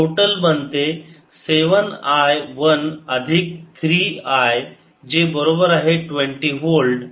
तर टोटल बनते 7 I one अधिक 3 I जे बरोबर आहे 20 वोल्ट